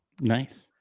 Nice